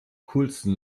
coolsten